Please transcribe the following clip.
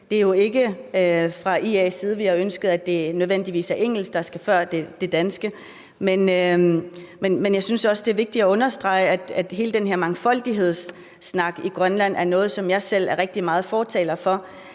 det er jo ikke fra IA's side, vi har ønsket, at det nødvendigvis er engelsk, der skal før det danske. Men jeg synes også, at det er vigtigt at understrege, at hele den her mangfoldighedssnak i Grønland er noget, som jeg selv er rigtig meget fortaler for.